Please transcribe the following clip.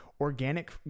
organic